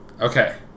Okay